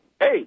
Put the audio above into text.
hey